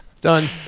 Done